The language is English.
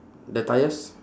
the tyres